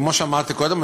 כמו שאמרתי קודם,